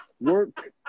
work